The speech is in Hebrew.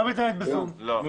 לא מתנהלת ב-זום.